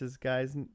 guy's